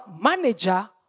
manager